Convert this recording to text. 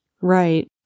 right